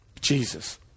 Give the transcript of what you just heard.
Jesus